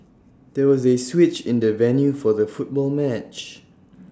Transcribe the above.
there was A switch in the venue for the football match